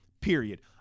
Period